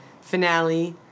finale